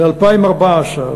ל-2014,